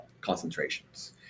concentrations